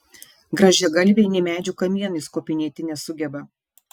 grąžiagalvė nė medžių kamienais kopinėti nesugeba